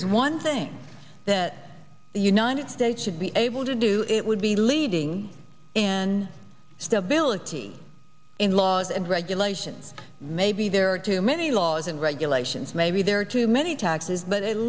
is one thing that the united states should be able to do it would be leading in stability in laws and regulations maybe there are too many laws and regulations maybe there are too many taxes but at